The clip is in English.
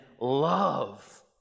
love